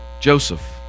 Joseph